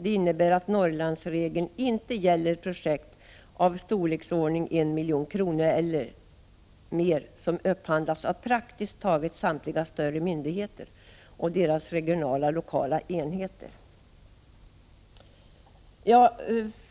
Det innebär att Norrlandsregeln inte gäller projekt av storleksordningen 1 milj.kr. eller mer, som upphandlas av praktiskt taget samtliga större myndigheter och deras regionala och lokala enheter.